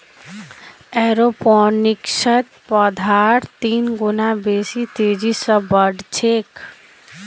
एरोपोनिक्सत पौधार तीन गुना बेसी तेजी स बढ़ छेक